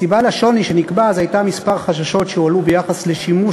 הסיבה לשוני שנקבע אז הייתה כמה חששות שהועלו ביחס לשימוש